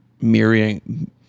mirroring